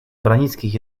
branickich